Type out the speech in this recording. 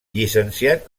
llicenciat